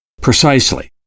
Precisely